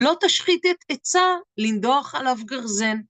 לא תשחית את עצה, לנדוח עליו גרזן.